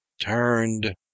turned